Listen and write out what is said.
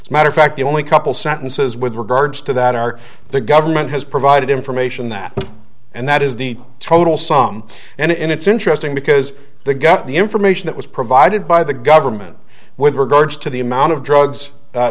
it's a matter of fact the only couple sentences with regards to that are the government has provided information that and that is the total sum and it's interesting because the got the information that was provided by the government with regards to the amount of drugs